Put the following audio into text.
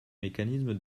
mécanisme